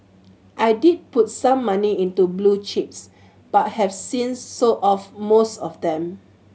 I did put some money into blue chips but have since sold off most of them